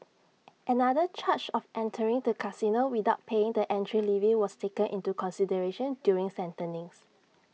another charge of entering the casino without paying the entry levy was taken into consideration during sentencing